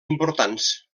importants